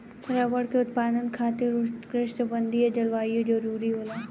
rubber के उत्पादन खातिर उष्णकटिबंधीय जलवायु जरुरी होला